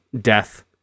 Death